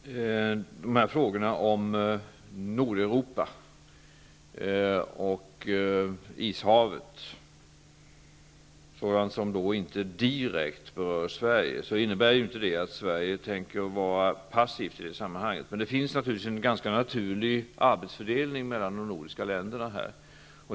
Frågorna om Nordeuropa och Ishavet berör inte direkt Sverige, men det innebär inte att Sverige tänker vara passivt i detta sammanhang. Men det finns naturligtvis en ganska naturlig arbetsfördelning mellan de nordiska länderna.